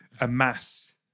amass